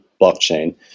blockchain